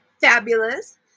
fabulous